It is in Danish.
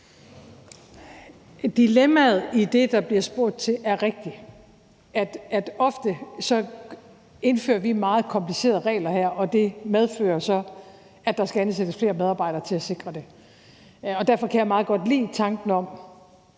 Dilemmaet i det, der bliver spurgt til, er rigtigt, altså at ofte indfører vi meget komplicerede regler her, og det medfører så, at der skal ansættes flere medarbejdere til at sikre det. Derfor kan jeg meget godt lide tanken om,